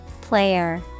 Player